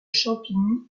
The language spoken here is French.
champigny